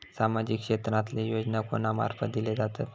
सामाजिक क्षेत्रांतले योजना कोणा मार्फत दिले जातत?